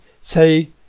say